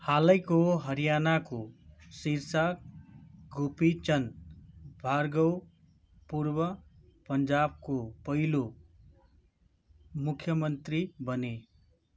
हालैको हरियाणाको शीर्षक गोपी चन्द भार्गव पूर्व पन्जाबको पहिलो मुख्यमन्त्री बने